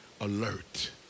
alert